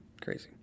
Crazy